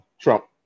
Trump